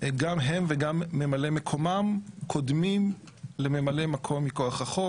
גם הם וגם ממלאי מקומם קודמים לממלא מקום מכוח החוק.